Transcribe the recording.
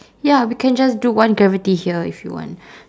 ya we can just do one graffiti here if you want